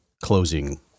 closing